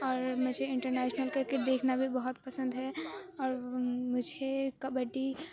اور مجھے international cricket دیکھنا بھی بہت پسند ہے اور مجھے کبڈی